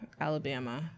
Alabama